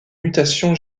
mutations